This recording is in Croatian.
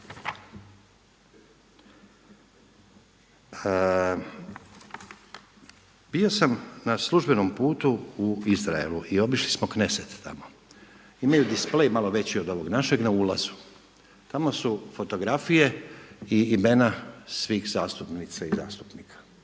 Bio sam na službenom putu u Izraelu i obišli smo Knesset tamo. Imaju displej malo veći od ovoga našeg na ulazu. Tamo su fotografije i imena svih zastupnica i zastupnika.